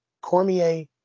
Cormier